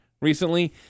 recently